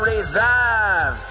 Reserve